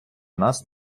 нас